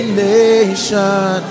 nation